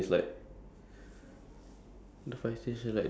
ya then after then then sign on lah